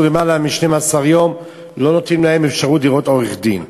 למעלה מ-12 יום ולא נותנים להם אפשרות לראות עורך-דין.